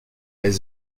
est